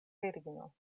virino